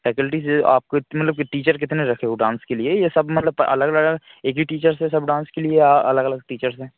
faculties आपको मतलब कि टीचर कितने रखे हो डान्स के लिए यह सब मतलब अलग अलग एक ही टीचर से सब डान्स के लिए या अलग अलग टीचर्स हैं